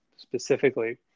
Specifically